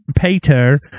Peter